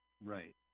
Right